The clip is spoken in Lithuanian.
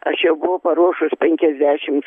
aš jau buvau paruošus penkiasdešimt